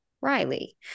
Riley